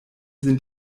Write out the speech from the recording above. sind